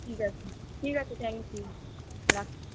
ঠিক আছে ঠিক আচে থ্যাংক ইউ রাখছি